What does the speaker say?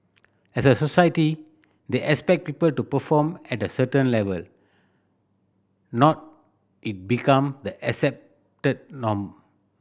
as a society they expect people to perform at a certain level it become the accepted norm